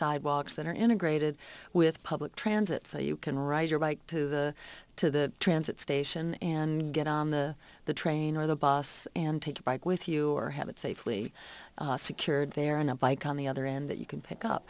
sidewalks that are integrated with public transit so you can ride your bike to the to the transit station and get on the the train or the bus and take a bike with you or have it safely secured there on a bike on the other end that you can pick up